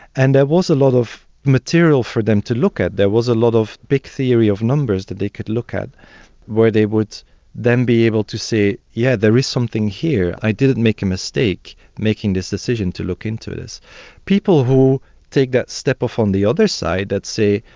and there was a lot of material for them to look at, there was a lot of big theory of numbers that they could look at where they would then be able to say, yes, yeah there is something here, i didn't make a mistake making this decision to look into this. people who take that step off on the other side, that say,